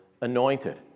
anointed